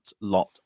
lot